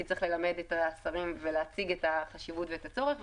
כי צריך ללמד את השרים ולהציג את החשיבות ואת הצורך.